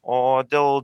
o dėl